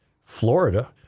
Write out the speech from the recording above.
Florida